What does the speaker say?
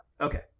Okay